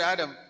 Adam